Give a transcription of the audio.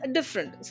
Different